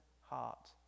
heart